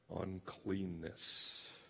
uncleanness